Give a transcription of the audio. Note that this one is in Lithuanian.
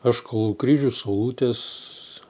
aš kalu kryžius saulutes